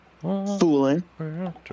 Fooling